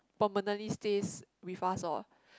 permanently stays with us orh